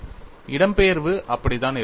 இடம்பெயர்வு அப்படித்தான் இருக்க வேண்டும்